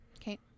Okay